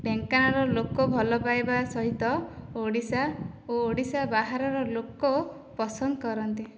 ଢେଙ୍କାନାଳର ଲୋକ ଭଲ ପାଇବା ସହିତ ଓଡ଼ିଶା ଓ ଓଡ଼ିଶା ବାହାରର ଲୋକ ପସନ୍ଦ କରନ୍ତି